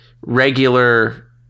regular